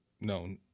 No